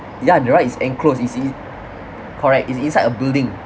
ya the ride is enclosed you see correct it's inside a building